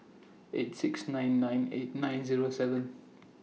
eight six nine nine eight nine Zero seven